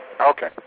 Okay